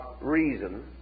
reason